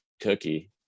Cookie